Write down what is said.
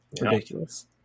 ridiculous